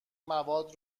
مواد